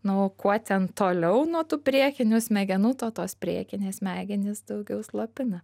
na o kuo ten toliau nuo tų priekinių smegenų to tos priekinės smegenys daugiau slopina